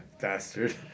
Bastard